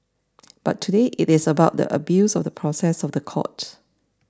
but today it is about the abuse of the process of the court